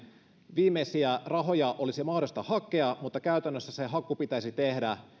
viimeisiä rahoja olisi mahdollista hakea mutta käytännössä se haku pitäisi tehdä